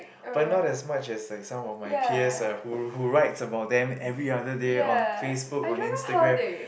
but not as much as like some of my peers are who who writes about them every other day on Facebook on Instagram